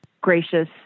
gracious